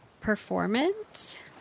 performance